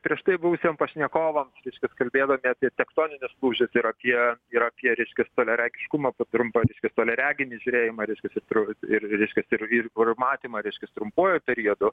prieš tai buvusiem pašnekovams reiškias kalbėdami apie tektoninius lūžius ir apie ir apie reiškias toliaregiškumą po trumpą reiškias toliareginį žiūrėjimą reiškias ir tru ir reiškias ir ir kuri matymą reiškias trumpuoju periodu